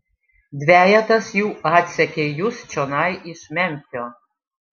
dvejetas jų atsekė jus čionai iš memfio